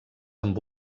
amb